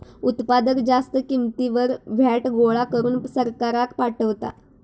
उत्पादक जास्त किंमतीवर व्हॅट गोळा करून सरकाराक पाठवता